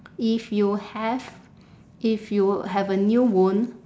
if you have if you have a new wound